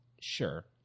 Sure